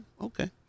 okay